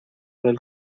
del